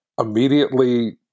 immediately